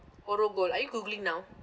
orogold are you googling now